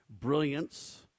brilliance